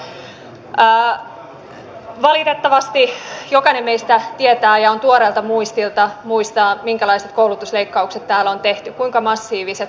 valitettavasti jokainen meistä tietää ja tuoreelta muistilta muistaa minkälaiset koulutusleikkaukset täällä on tehty kuinka massiiviset kuinka suuret